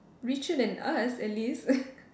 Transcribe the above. richer than us at least